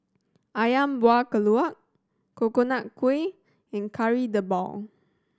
Ayam Buah Keluak Coconut Kuih and Kari Debal